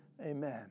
Amen